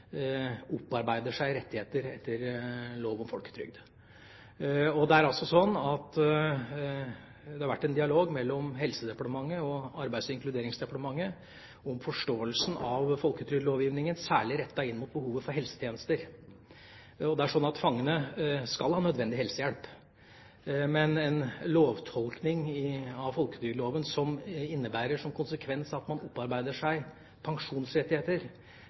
opparbeider seg rettigheter etter lov om folketrygd. Det har vært en dialog mellom Helsedepartementet og Arbeids- og inkluderingsdepartementet om forståelsen av folketrygdlovgivinga, særlig rettet inn mot behovet for helsetjenester. Fangene skal ha nødvendig helsehjelp, men en tolking av folketrygdloven som har som konsekvens at man opparbeider seg pensjonsrettigheter,